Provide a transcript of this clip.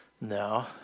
No